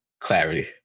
clarity